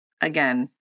again